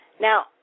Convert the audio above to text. Now